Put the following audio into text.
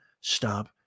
stop